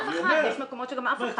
יש מקומות שגם אף אחד.